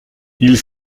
ils